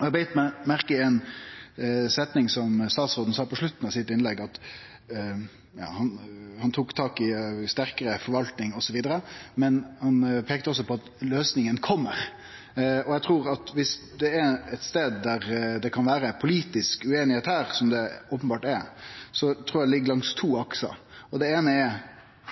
Eg beit meg merke i ei setning statsråden sa på slutten av innlegget sitt. Han tok tak i sterkare forvaltning osv., men peikte også på at løysinga kjem. Eg trur at viss det er ein stad der det kan vere politisk ueinigheit her, som det openbert er, ligg det langs to aksar. Den eine er: